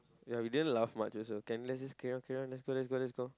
ya we didn't laugh much also can lets just carry on carry on lets go lets go lets go